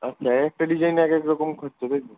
আচ্ছা এক একটা ডিজাইন এক এক রকম খরচা তাই তো